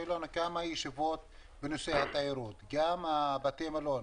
היו לנו כמה ישיבות בנושא התיירות גם על בתי המלון,